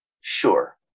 Sure